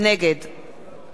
נגד